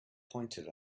pointed